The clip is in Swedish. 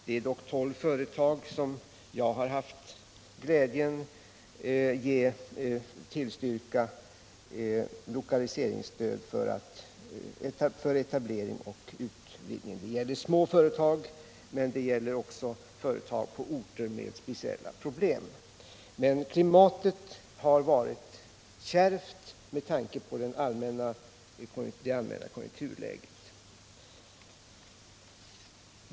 Det är dock för tolv företag som jag har haft glädjen att tillstyrka lokaliseringsstöd för etablering och utvidgning. Det gäller små företag, men det gäller också företag på orter med speciella problem. Klimatet har emellertid varit kärvt på grund av det allmänna konjunkturläget.